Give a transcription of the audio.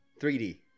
3D